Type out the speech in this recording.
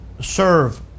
serve